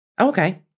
Okay